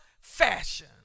fashion